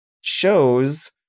shows